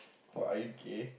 or are you gay